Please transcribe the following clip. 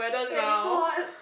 when it's hot